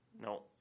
No